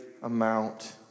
amount